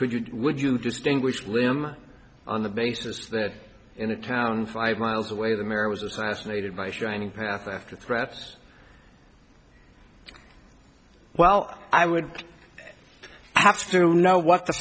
could you would you distinguish lim on the basis that in a town five miles away the mayor was assassinated by shining path after threats well i would have to know what the